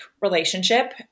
relationship